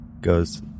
goes